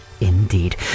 indeed